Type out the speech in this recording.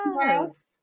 Yes